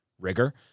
rigor